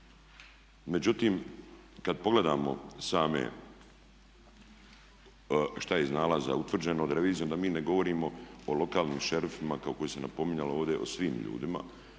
Međutim, kad pogledamo sami šta je iz nalaza utvrđeno od revizije, onda mi ne govorimo o lokalnim šerifima kako se napominjalo ovdje o svim ljudima,